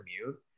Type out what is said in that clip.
commute